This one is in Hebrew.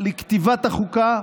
לכתיבת החוקה,